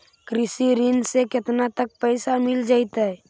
कृषि ऋण से केतना तक पैसा मिल जइतै?